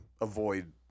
avoid